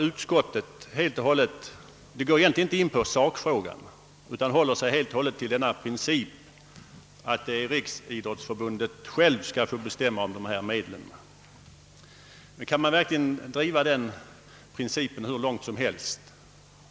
Utskottet går inte in på sakfrågan utan håller sig helt och hållet till principen att Riksidrottsförbundet självt skall få bestämma om medlen. Men kan man driva den principen hur långt som helst?